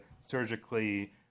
surgically